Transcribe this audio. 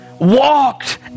walked